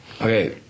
Okay